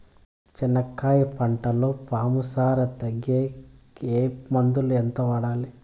చెనక్కాయ పంటలో పాము సార తగ్గేకి ఏ మందులు? ఎంత వాడాలి?